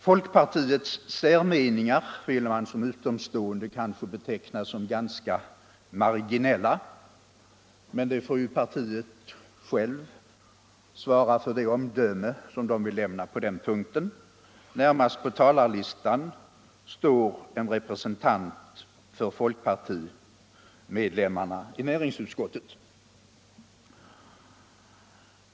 Folkpartiets särmeningar vill man däremot som utomstående beteckna som ganska marginella, men partiet får självt svara för omdömet på den punkten. Närmast på talarlistan står en representant för folkpartiet i näringsutskottet.